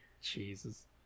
Jesus